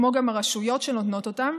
כמו גם הרשויות שנותנות אותם,